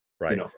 right